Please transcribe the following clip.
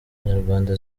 nyarwanda